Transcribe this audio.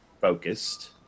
focused